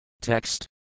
Text